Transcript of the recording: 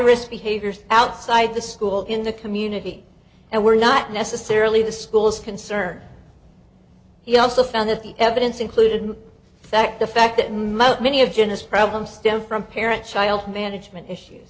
risk behaviors outside the school in the community and were not necessarily the school's concern he also found that the evidence included that the fact that most many of jenna's problems stem from parent child management issues